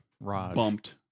bumped